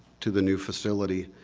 to the new facility